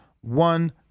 one